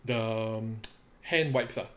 the hand wipes ah